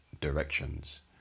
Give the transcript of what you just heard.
directions